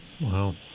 Wow